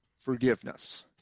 forgiveness